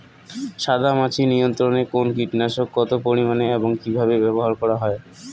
সাদামাছি নিয়ন্ত্রণে কোন কীটনাশক কত পরিমাণে এবং কীভাবে ব্যবহার করা হয়?